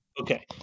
okay